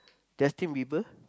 Justin-Bieber